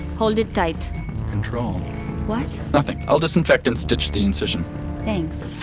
hold it tight control what? nothing. i'll disinfect and stitch the incision thanks